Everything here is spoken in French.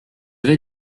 vais